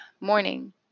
morning